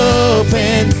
open